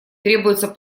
требуется